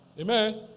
Amen